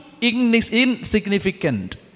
insignificant